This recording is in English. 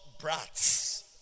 brats